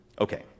Okay